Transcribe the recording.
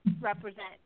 represent